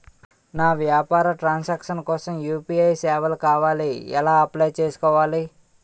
నా వ్యాపార transaction కోసం యు.పి.ఐ సేవలు కావాలి ఎలా అప్లయ్ చేసుకోవాలి?